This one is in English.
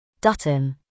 Dutton